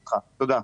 תודה.